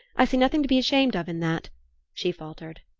i see nothing to be ashamed of in that she faltered.